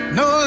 no